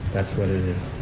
that's what it is.